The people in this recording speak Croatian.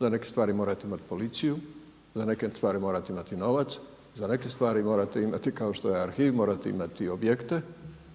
Za neke stvari morate imati policiju, za neke stvari morate imati novac, za neke stvari imati kao što je arhiv, morate imati objekte,